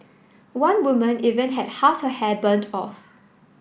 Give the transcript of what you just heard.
one woman even had half her hair burned off